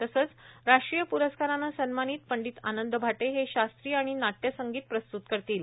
तसंच राष्ट्रीय पुरस्कारानं सन्मानित पंडित आनंद भाटे हे शास्त्रीय आणि नाट्यसंगित प्रस्तुत करतील